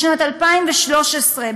בשנת 2013,